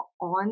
on